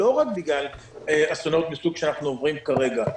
לא רק בגלל אסונות מן הסוג שאנחנו עוברים כרגע,